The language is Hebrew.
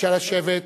בבקשה לשבת.